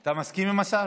אתה מסכים עם השר?